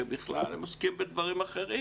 שבכלל עוסקים בדברים אחרים.